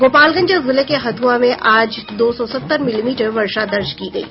गोपालगंज जिले के हथुआ में आज दो सौ सत्तर मिलीमीटर वर्षा दर्ज की गयी